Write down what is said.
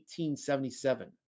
1877